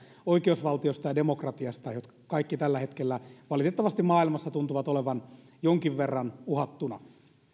oikeusvaltiosta ja demokratiasta jotka kaikki tällä hetkellä valitettavasti maailmassa tuntuvat olevan jonkin verran uhattuina